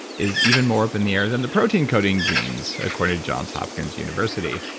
is even more up in the air than the protein coding genes, according to johns hopkins university.